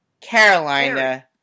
Carolina